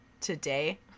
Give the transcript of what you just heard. today